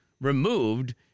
removed